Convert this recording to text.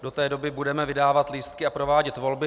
Do té doby budeme vydávat lístky a provádět volby.